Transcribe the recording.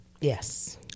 Yes